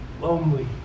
lonely